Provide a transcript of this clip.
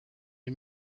les